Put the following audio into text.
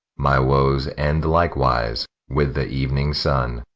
my woes end likewise with the evening sun.